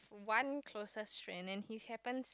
one closest friend and he happens